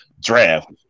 draft